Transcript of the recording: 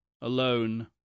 alone